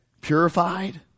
purified